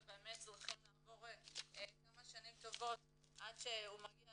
באמת צריכים לעבור כמה שנים טובות עד שהוא מגיע